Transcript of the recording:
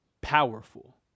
powerful